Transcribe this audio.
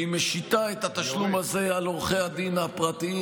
והיא משיתה את התשלום הזה על עורכי הדין הפרטיים.